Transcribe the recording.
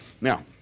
Now